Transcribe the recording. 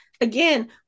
again